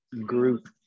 group